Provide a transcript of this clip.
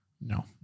No